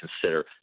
consider